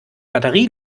batterie